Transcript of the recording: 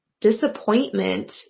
disappointment